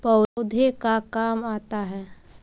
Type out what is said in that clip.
पौधे का काम आता है?